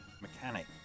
mechanic